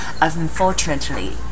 unfortunately